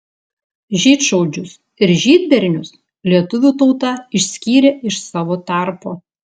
žydšaudžius ir žydbernius lietuvių tauta išskyrė iš savo tarpo